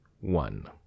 One